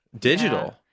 Digital